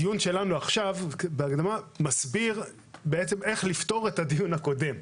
הדיון שלנו עכשיו מסביר איך לפתור את הדיון הקודם,